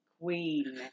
Queen